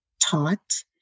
taught